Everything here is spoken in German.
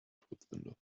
todsünde